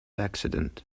accident